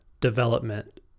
development